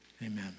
Amen